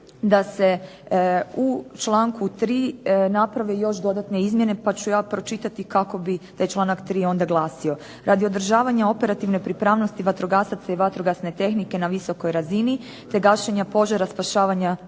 da se u članku 3. naprave još dodatne izmjene pa ću ja pročitati kako bi taj članak 3. onda glasio. "Radi održavanja operativne pripravnosti vatrogasaca i vatrogasne tehnike na visokoj razini te gašenja požara, spašavanja